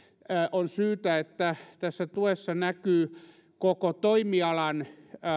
on syytä että tässä tuessa näkyy koko toimialan